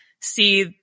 see